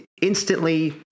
instantly